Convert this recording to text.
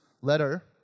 letter